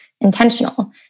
intentional